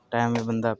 time दे बंदा